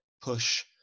push